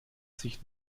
sich